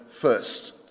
first